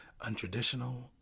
untraditional